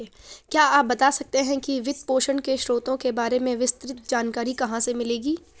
क्या आप बता सकते है कि वित्तपोषण के स्रोतों के बारे में विस्तृत जानकारी कहाँ से मिलेगी?